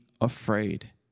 afraid